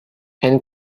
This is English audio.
and